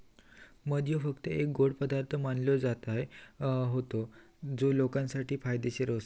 मध ह्यो फक्त एक गोड पदार्थ मानलो जायत होतो जो लोकांसाठी फायदेशीर आसा